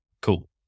cool